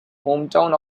hometown